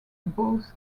both